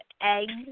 eggs